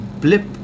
blip